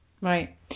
right